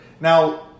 Now